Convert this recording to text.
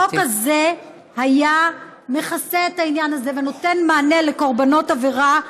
החוק הזה היה מכסה את העניין הזה ונותן מענה לקורבנות עבירה,